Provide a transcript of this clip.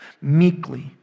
meekly